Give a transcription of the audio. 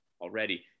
already